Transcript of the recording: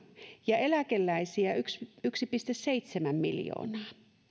ja eläkeläisiä yksi yksi pilkku seitsemän miljoonaa